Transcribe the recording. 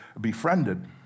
befriended